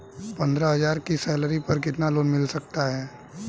पंद्रह हज़ार की सैलरी पर कितना लोन मिल सकता है?